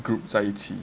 group 在一起